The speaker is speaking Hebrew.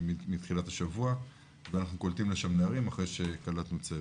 מתחילת השבוע ואנחנו קולטים לשם נערים אחרי שקלטנו צוות.